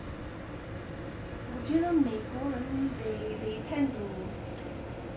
我觉得美国人 they they tend to